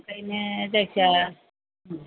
ओंखायनो जायखिया